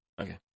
Okay